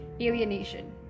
alienation